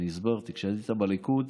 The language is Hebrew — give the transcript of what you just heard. אני הסברתי: כשהיית בליכוד,